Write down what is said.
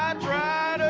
ah dry